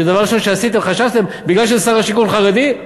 שדבר ראשון שחשבתם הוא שבגלל ששר השיכון חרדי,